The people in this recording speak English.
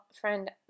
friend